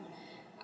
them